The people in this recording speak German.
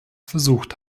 versucht